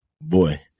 boy